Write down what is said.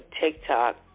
TikTok